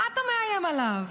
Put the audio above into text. מה אתה מאיים עליו?